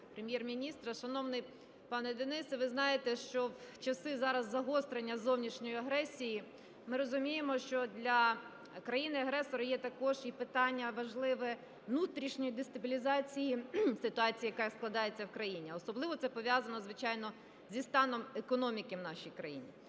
Прем’єр-міністра. Шановний пане Денисе, ви знаєте, що в часи зараз загострення зовнішньої агресії ми розуміємо, що для країни-агресора є також і питання важливе внутрішньої дестабілізації ситуації, яка складається в країні. Особливо це пов'язано, звичайно, зі станом економіки в нашій країні.